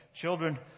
children